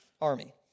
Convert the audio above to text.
army